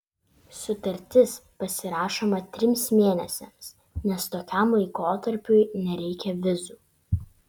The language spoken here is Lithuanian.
sutartis pasirašoma trims mėnesiams nes tokiam laikotarpiui nereikia vizų